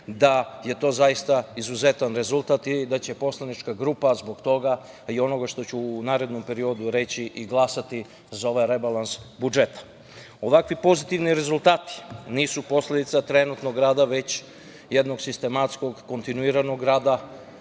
da je to zaista izuzetan rezultat i da će poslanička grupa zbog toga i onoga što ću u narednom periodu reći i glasati za ovaj rebalans budžeta. Ovakvi pozitivni rezultati nisu posledica trenutnog rada, već jednog sistematskog kontinuiranog rada,